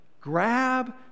Grab